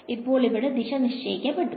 അപ്പോൾ ഇവിടെ ദിശ നിശ്ചയിക്കപ്പെട്ടു